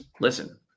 listen